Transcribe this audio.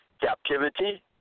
Captivity